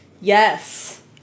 Yes